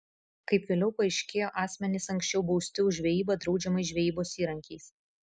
kaip vėliau paaiškėjo asmenys anksčiau bausti už žvejybą draudžiamais žvejybos įrankiais